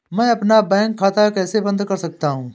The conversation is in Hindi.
मैं अपना बैंक खाता कैसे बंद कर सकता हूँ?